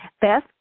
Beth